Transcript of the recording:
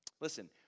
Listen